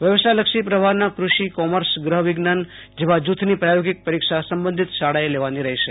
વ્યવસાયલક્ષો પ્રવાહના કષિકોમર્સ ગહ વિજ્ઞાન જેવા જૂથની પ્રાયોગિક પરીક્ષા સંબંધિત શાળા એ લેવાની રહેશે